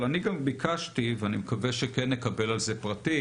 אבל אני גם ביקשתי ואני מבקש שנקבל על זה פרטים